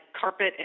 carpet